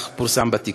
כך פורסם בתקשורת.